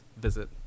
visit